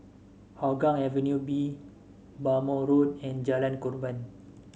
Hougang Avenue B Bhamo Road and Jalan Korban